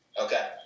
Okay